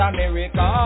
America